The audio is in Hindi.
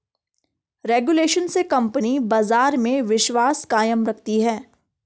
रेगुलेशन से कंपनी बाजार में विश्वास कायम रखती है